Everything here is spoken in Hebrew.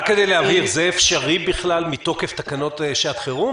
רק כדי להבהיר: זה אפשרי בכלל מתוקף תקנות שעת חירום?